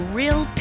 real